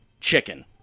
chicken